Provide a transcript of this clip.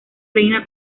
reina